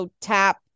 tap